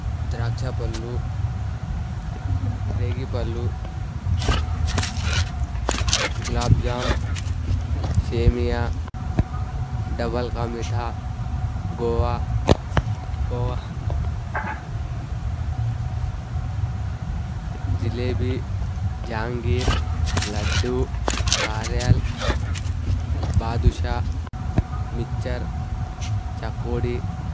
ద్రాక్ష పళ్ళు రేగిపళ్ళు గులాబ్జామ్ సేమియా డబుల్కా మీఠా గోవా కోవా జిలేబీ జాంగిరి లడ్డు కారా బాదుషా చకోడి